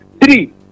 Three